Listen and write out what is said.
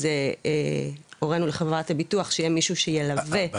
אז הורנו לחברת הביטוח שיהיה מישהו שילווה את אותו אדם.